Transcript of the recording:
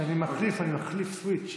כשאני מחליף אני מחליף סוויץ',